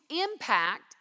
impact